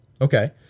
Okay